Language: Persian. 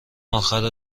آخر